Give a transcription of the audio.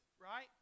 right